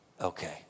okay